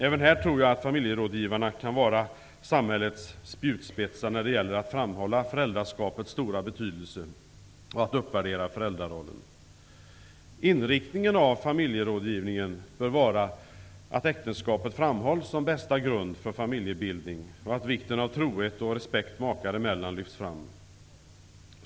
Även här tror jag att familjerådgivarna kan vara samhällets spjutspetsar när det gäller att framhålla föräldraskapets stora betydelse och att uppvärdera föräldrarollen. Inriktningen av familjerådgivningen bör vara att äktenskapet framhålls som bästa grund för familjebildning och att vikten av trohet och respekt makar emellan lyfts fram.